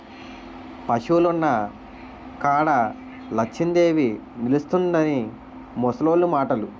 పశువులున్న కాడ లచ్చిందేవి నిలుసుంటుందని ముసలోళ్లు మాటలు